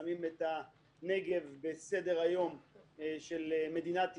שמים את הנגב על סדר-היום של מדינת ישראל.